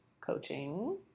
coaching